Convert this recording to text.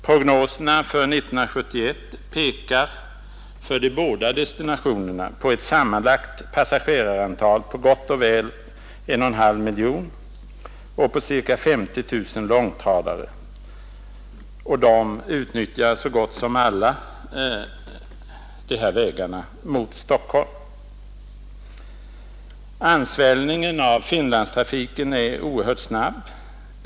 Prognoserna för 1971 pekar för båda destinationerna på ett sammanlagt passagerarantal om gott och väl 1,5 miljon och på ca 50 000 långtradare, och så gott som alla utnyttjar vägarna mot Stockholm. Ansvällningen av Finlandstrafiken är oerhört snabb.